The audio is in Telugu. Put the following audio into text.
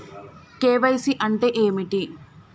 కే.వై.సీ అంటే ఏమిటి?